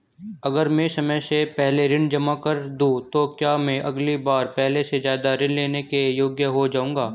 अगर मैं समय से पहले ऋण जमा कर दूं तो क्या मैं अगली बार पहले से ज़्यादा ऋण लेने के योग्य हो जाऊँगा?